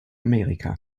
amerika